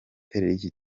y’iki